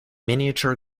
miniature